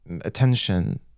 attention